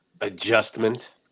adjustment